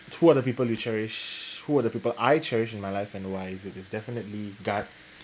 who are the people you cherish who are the people I cherish in my life and why is it it's definitely god